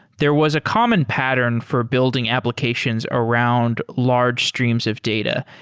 there was a common pattern for building applications around large streams of data,